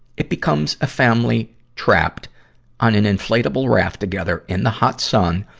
it becomes a family trapped on an inflatable raft together in the hot sun,